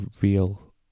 real